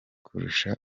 kurusha